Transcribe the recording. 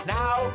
Now